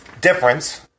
difference